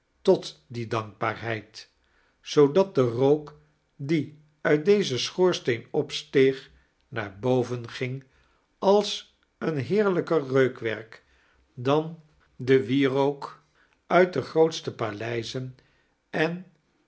tot die dankbaarheid zoodat de rook die uit dezen schoorsteen opsteeg naar boven ging als een heerlijker reukwerk dan de wierook uit de grootste paleizen en